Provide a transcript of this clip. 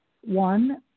one